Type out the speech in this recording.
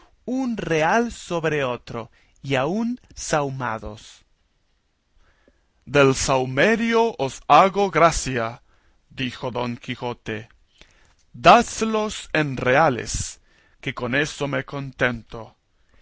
un real sobre otro y aun sahumados del sahumerio os hago gracia dijo don quijote dádselos en reales que con eso me contento